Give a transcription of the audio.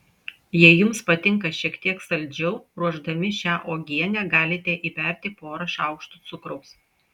jei jums patinka šiek tiek saldžiau ruošdami šią uogienę galite įberti porą šaukštų cukraus